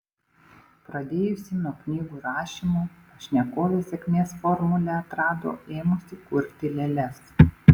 pradėjusi nuo knygų rašymo pašnekovė sėkmės formulę atrado ėmusi kurti lėles